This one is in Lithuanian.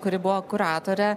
kuri buvo kuratorė